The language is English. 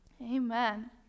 Amen